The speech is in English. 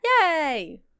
Yay